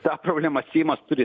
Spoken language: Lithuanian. tą problemą seimas turi